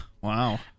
Wow